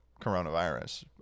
coronavirus